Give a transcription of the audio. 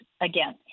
again